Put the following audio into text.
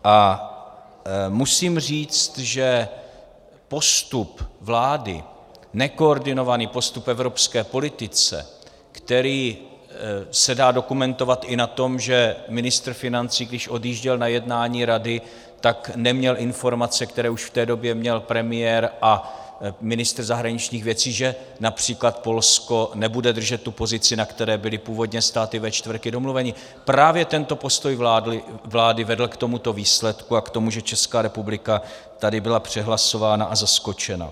A musím říct, že postup vlády, nekoordinovaný postup v evropské politice, který se dá dokumentovat i na tom, že ministr financí, když odjížděl na jednání Rady, neměl informace, které už v té době měl premiér a ministr zahraničních věcí, že např. Polsko nebude držet tu pozici, na které byly původně státy V4 domluveny, právě tento postoj vlády vedl k tomuto výsledku a k tomu, že Česká republika tady byla přehlasována a zaskočena.